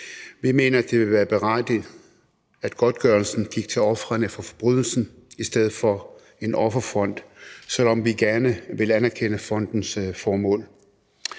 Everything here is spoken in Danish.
Vi mener, det ville være berettiget, at godtgørelsen gik til ofrene for forbrydelsen i stedet for en offerfond, selv om vi gerne vil anerkende fondens formål.